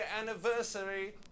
anniversary